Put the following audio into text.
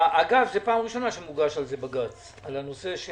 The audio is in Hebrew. אגב, זו פעם ראשונה שמוגש על זה בג"ץ, על הנושא של